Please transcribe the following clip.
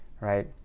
right